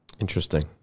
Interesting